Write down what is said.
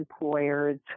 employers